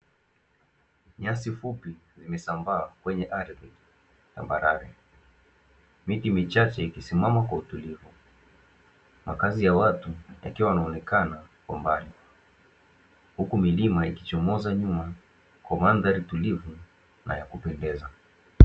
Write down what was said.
Nyasi fupi zimesambaa kwenye ardhi tambarare, miti michache ikisimama kwa utulivu, makazi ya watu yakiwa yanaonekana kwa mbali huku milima ikichomoza nyuma kwa mandhari tulivu na ya kupendeza.